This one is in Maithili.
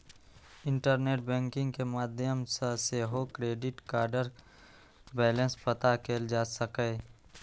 इंटरनेट बैंकिंग के माध्यम सं सेहो क्रेडिट कार्डक बैलेंस पता कैल जा सकैए